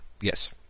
Yes